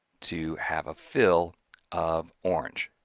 to have a fill of orange.